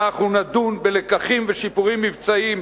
נדון בלקחים ושיפורים מבצעיים,